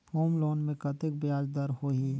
Home loan मे कतेक ब्याज दर होही?